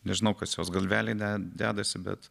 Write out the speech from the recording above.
nežinau kas jos galvelėj dedasi bet